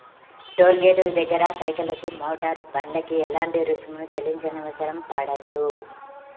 toll గేటుల దగ్గర సైకిళ్లకు, మోటారు బండ్లకు ఎలాంటి రుసుమును చెల్లించనవసరం పడదు